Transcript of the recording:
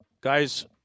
Guys